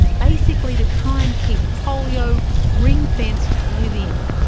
basically to try and keep polio ring-fenced within.